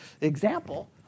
example